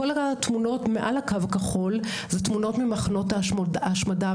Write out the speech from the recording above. כל התמונות מעל הקו הכחול הן תמונות ממחנות ההשמדה,